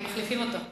מחליפים אותו.